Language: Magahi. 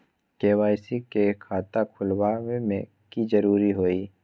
के.वाई.सी के खाता खुलवा में की जरूरी होई?